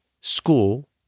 school